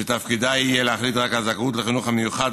שתפקידה יהיה להחליט רק על זכאות לחינוך המיוחד,